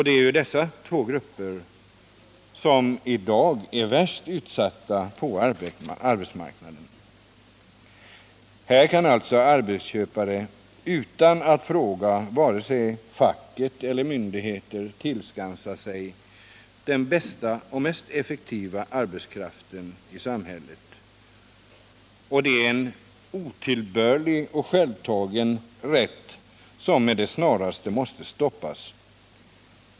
Det är dessa två grupper som i dag är värst utsatta på arbetsmarknaden. Här kan alltså arbetsköpare utan att fråga vare sig facket eller myndigheter tillskansa sig den bästa och mest effektiva arbetskraften i samhället. Det ären otillbörlig och självtagen rätt som med det snaraste måste stoppas.